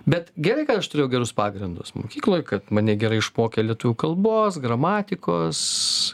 bet gerai kad aš turėjau gerus pagrindus mokykloje kad mane gerai išmokė lietuvių kalbos gramatikos